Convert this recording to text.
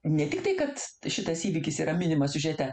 ne tiktai kad šitas įvykis yra minimas siužete